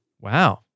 Wow